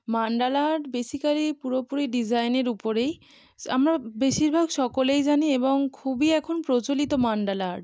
mandala art basically পুরোপুরি ডিজাইনের উপরেই আমরা বেশিরভাগ সকলেই জানি এবং খুবই এখন প্রচলিত মান্ডালা আর্ট